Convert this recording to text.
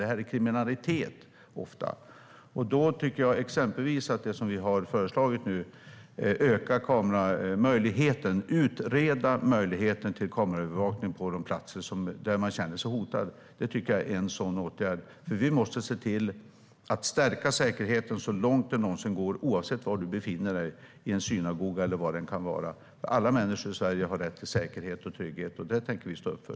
Det här är ofta kriminalitet. Vi har föreslagit att man ska utreda möjligheten till kameraövervakning på de platser där människor känner sig hotade. Det tycker jag är en sådan åtgärd. Vi måste se till att stärka säkerheten så långt det någonsin går. Det gäller oavsett var man befinner sig, om det är i en synagoga eller var det än kan vara. Alla människor i Sverige har rätt till säkerhet och trygghet. Det tänker vi stå upp för.